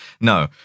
No